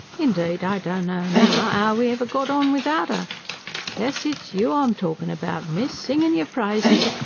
indeed i don't know now, ow we ever got on without er yes, it's you i'm talkin' about, miss, singin' yer praises,